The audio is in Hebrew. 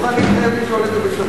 אני מוכן להתחייב לשאול את זה בשבוע הבא.